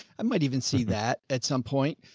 i might even see that at some point.